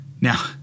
Now